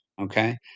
Okay